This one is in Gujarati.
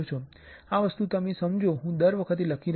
આ વસ્તુ તમે સમજો છો હું દર વખતે લખી રહ્યો નથી